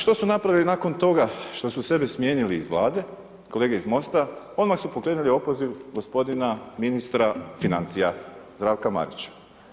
Što su napravili nakon toga, što su sebe smijenili izu Vlade, kolege iz Mosta, odmah su pokrenuli opoziv, gospodina ministra financija, Zdravka Marića.